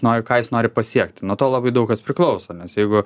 nori ką jis nori pasiekti nuo to labai daug kas priklauso nes jeigu